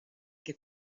che